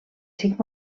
cinc